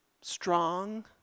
strong